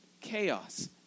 chaos